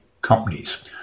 companies